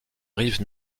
rive